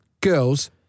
Girls